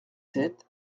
sept